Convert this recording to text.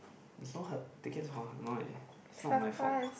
there's no ha~ tickets for hanoi it's not my fault